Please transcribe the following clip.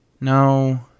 no